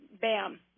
bam